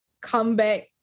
comeback